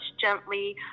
gently